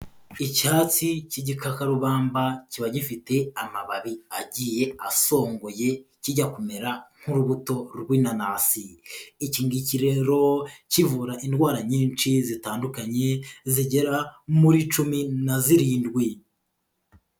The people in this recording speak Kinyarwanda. Icyatsi cy'igikarubamba kiba gifite amababi agiye asongoye kijya kumera nk'urubuto rw'inanasi. Iki ngiki rero kivura indwara nyinshi zitandukanye zigera muri cumi na zirindwi.